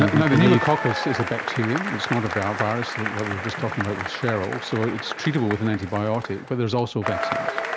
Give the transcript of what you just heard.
now, the pneumococcus is a bacterium, it's not a but virus that we were just talking about with cheryl, so it's treatable with an antibiotic, but there is also vaccines.